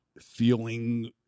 feeling